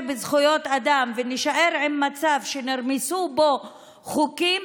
בזכויות אדם ונישאר עם מצב שנרמסו בו חוקים,